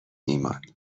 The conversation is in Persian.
ایمان